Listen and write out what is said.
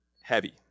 heavy